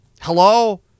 Hello